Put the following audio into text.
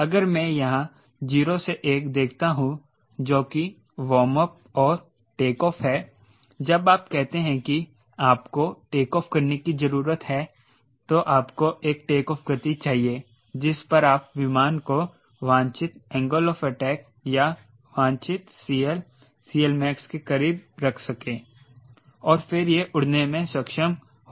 अगर में यहां 0 से 1 देखता हूं जो की वॉर्म अप और टेकऑफ़ है जब आप कहते हैं कि आपको टेकऑफ़ करने की ज़रूरत है तो आपको एक टेकऑफ़ गति चाहिए जिस पर आप विमान को वांछित एंगल ऑफ अटैक या वांछित CL CLmax के करीब रख सकें और फिर यह उड़ने में सक्षम होना चाहिए